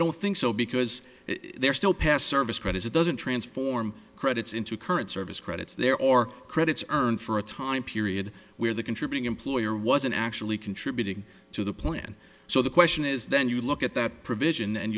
don't think so because they're still passed service credits it doesn't transform credits into current service credits there or credits earned for a time period where the contributing employer wasn't actually contributing to the plan so the question is then you look at that provision and